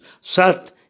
sat